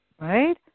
right